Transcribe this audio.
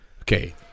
Okay